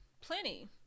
plenty